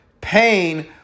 Pain